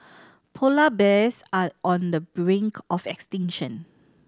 polar bears are on the brink of extinction